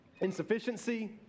insufficiency